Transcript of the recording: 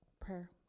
prayer